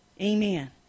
Amen